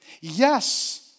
Yes